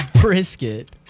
Brisket